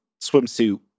swimsuit